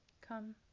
Come